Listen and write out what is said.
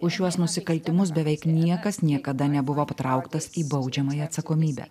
už šiuos nusikaltimus beveik niekas niekada nebuvo patrauktas į baudžiamąją atsakomybę